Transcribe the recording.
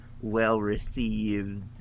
well-received